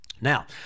Now